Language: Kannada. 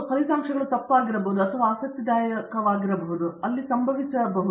ಫಲಿತಾಂಶಗಳು ತಪ್ಪು ಆಗಿರಬಹುದು ಅದು ಆಸಕ್ತಿದಾಯಕವಾಗಬಹುದು ಅದು ಅಲ್ಲಿ ಸಂಭವಿಸಿರಬಹುದು